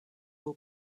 will